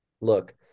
look